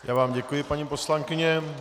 Já vám děkuji, paní poslankyně.